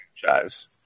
franchise